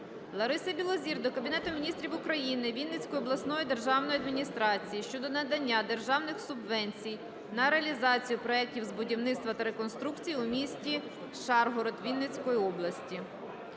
Лариси Білозір до Кабінету Міністрів України, Вінницької обласної державної адміністрації щодо надання державних субвенцій на реалізацію проектів з будівництва та реконструкції у місті Шаргород Вінницької області.